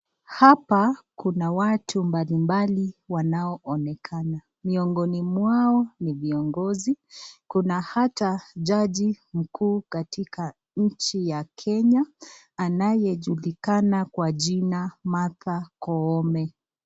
Hapa kuna watu mbalimbali wanaoonekana. Miongoni mwao ni viongozi kuna hata jaji mkuu katika nchi ya Kenya anayejulikana kwa jina Martha Koome.